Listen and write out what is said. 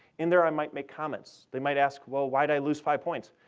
in there i might make comments. they might ask, well, why'd i lose five points?